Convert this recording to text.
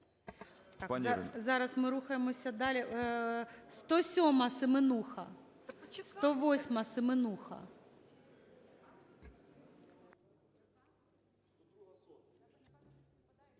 Зараз, ми рухаємося далі. 107-а,Семенуха. 108-а,Семенуха.